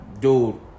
dude